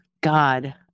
God